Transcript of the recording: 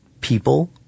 people